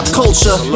culture